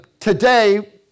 Today